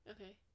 Okay